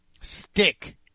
Stick